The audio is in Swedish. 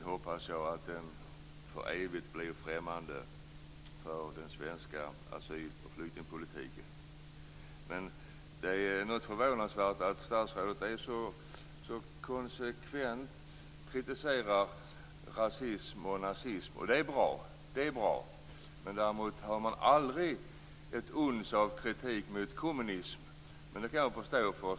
Jag hoppas att den för evigt förblir främmande för den svenska asyl och flyktingpolitiken. Det är förvånansvärt att statsrådet så konsekvent kritiserar nazism och rasism. Det är bra. Däremot framför han aldrig ett uns av kritik mot kommunism. Jag kan förstå det.